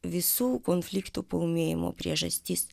visų konfliktų paūmėjimo priežastis